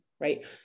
right